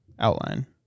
Outline